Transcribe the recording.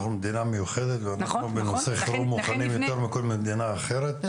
אנחנו מדינה מיוחדת ובנושא חירום אנחנו מוכנים יותר מכל מדינה אחרת,